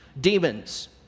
demons